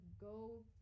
go